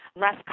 less